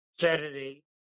Saturday